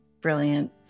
brilliant